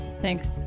Thanks